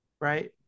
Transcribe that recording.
right